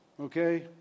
okay